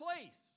place